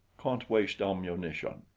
can't waste ammunition.